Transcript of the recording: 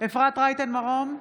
אפרת רייטן מרום,